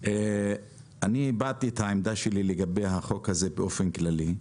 אני הבעתי את העמדה שלי לגבי החוק הזה באופן כללי.